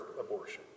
abortion